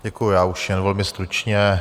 Děkuji, já už jen velmi stručně.